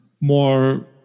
more